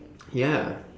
ya